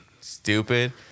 stupid